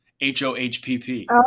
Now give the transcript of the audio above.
H-O-H-P-P